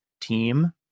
team